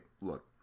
look